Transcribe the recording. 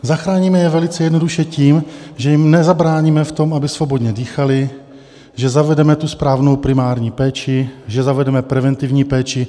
Zachráníme je velice jednoduše tím, že jim nezabráníme v tom, aby svobodně dýchali, že zavedeme tu správnou primární péči, že zavedeme preventivní péči.